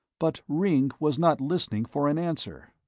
but ringg was not listening for an answer.